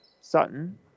Sutton